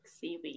seaweed